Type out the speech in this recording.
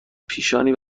پیشانی